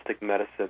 medicine